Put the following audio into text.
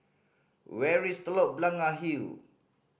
where is Telok Blangah Hill